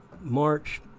march